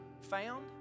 found